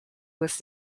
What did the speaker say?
was